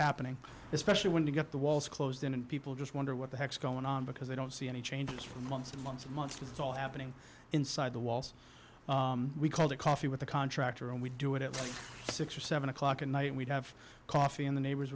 happening especially when you get the walls closed in and people just wonder what the heck's going on because they don't see any changes for months and months and months it's all happening inside the walls we called a coffee with the contractor and we do it at six or seven o'clock at night we'd have coffee in the neighbors